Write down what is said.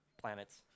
planets